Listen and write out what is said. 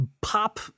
pop